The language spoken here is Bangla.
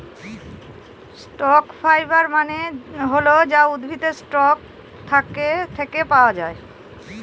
স্টক ফাইবার মানে হল যা উদ্ভিদের স্টক থাকে পাওয়া যায়